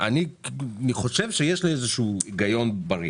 אני חושב שיש לי איזשהו היגיון בריא.